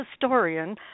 historian